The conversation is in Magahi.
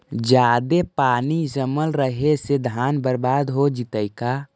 जादे पानी जमल रहे से धान बर्बाद हो जितै का?